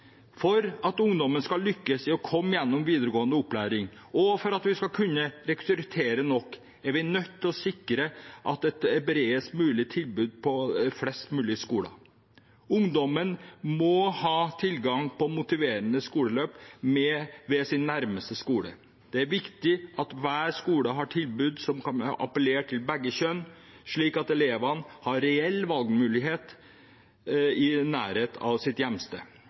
For at ungdommen skal lykkes i å komme igjennom videregående opplæring, og for at vi skal kunne rekruttere nok, er vi nødt til å sikre et bredest mulig tilbud på flest mulige skoler. Ungdommen må ha tilgang på motiverende skoleløp ved sin nærmeste skole. Det er viktig at hver skole har tilbud som kan appellere til begge kjønn, slik at elevene har reell valgmulighet i nærheten av sitt